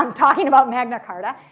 um talking about magna carta.